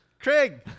Craig